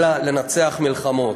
אלא לנצח במלחמות.